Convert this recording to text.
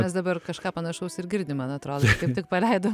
mes dabar kažką panašaus ir girdim man atrodo kaip tik paleido